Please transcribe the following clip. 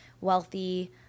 wealthy